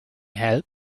help